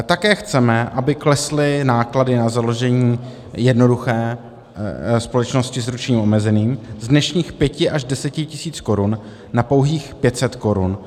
Také chceme, aby klesly náklady na založení jednoduché společnosti s ručením omezeným z dnešních 5 až 10 tisíc korun na pouhých 500 korun.